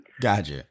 Gotcha